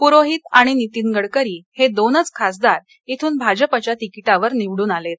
पुरोहित आणि नीतीन गडकरी हे दोनच खासदार इथून भाजपाच्या तिकीटावर निवडून आलेत